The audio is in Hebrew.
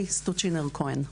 אורלי סטוצ'ינר כהן.